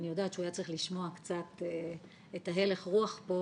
אני יודעת שהוא היה צריך לשמוע קצת את הלך הרוח פה